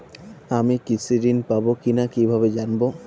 আমি কৃষি ঋণ পাবো কি না কিভাবে জানবো?